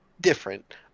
different